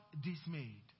dismayed